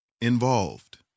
involved